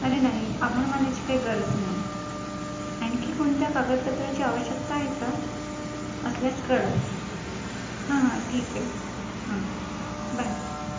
अरे नाही आभार मानायची काही गरज नाही आणखी कोणत्या कागदपत्राची आवश्यकता आहे का असल्यास कळव हा हा ठीक आहे हा बाय